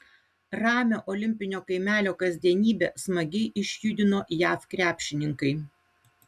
ramią olimpinio kaimelio kasdienybę smagiai išjudino jav krepšininkai